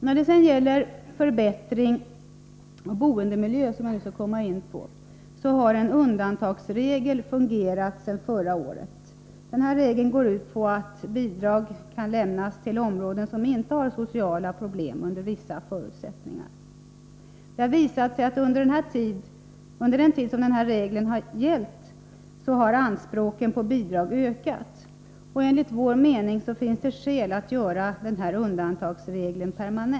När det sedan gäller förbättring av boendemiljön, som jag nu skall komma in på, har en undantagsregel fungerat sedan förra året. Denna regel går ut på att bidrag under vissa förutsättningar kan lämnas till områden som inte har sociala problem. Det har visat sig att under den tid som denna regel gällt har anspråken på bidrag ökat. Enligt vår mening finns det skäl att permanenta denna undantagsregel.